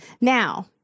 Now